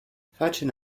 fortune